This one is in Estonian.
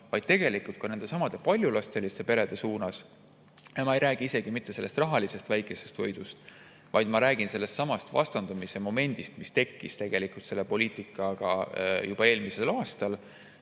vaid tegelikult ka nendesamade paljulapseliste perede suunas. Ma ei räägi isegi mitte sellest väikesest rahalisest võidust, vaid ma räägin sellestsamast vastandumise momendist, mis tekkis selle poliitikaga juba eelmisel aastal,